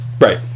Right